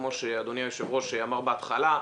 כמו שאדוני היושב ראש אמר בהתחלה,